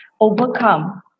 overcome